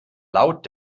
laut